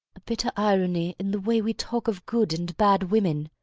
a bitter irony in the way we talk of good and bad women.